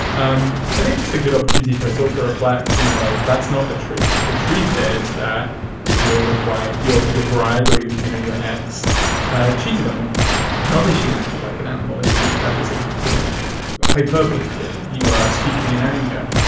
um i think just a good opportunity for a soul to reflect, you know, like that's not the truth. the truth is that know why you're your bride or you you know, your ex cheated on, you know, that she acted like an animal in heat. that is a sort of hyperbole that you are speaking an anger.